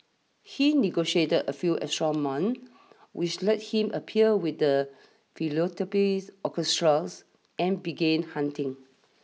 he negotiated a few extra months which let him appear with the Philadelphia's Orchestra's and began hunting